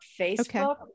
Facebook